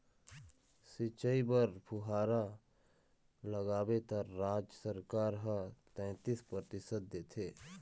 सिंचई बर फुहारा लगाबे त राज सरकार ह सैतीस परतिसत देथे